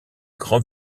grand